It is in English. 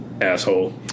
asshole